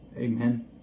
Amen